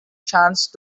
chance